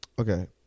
Okay